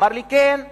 אמר לי: כן.